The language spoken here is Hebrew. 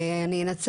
אגב